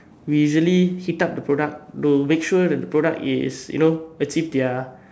we usually heat up the product to make sure that the product is you know achieve their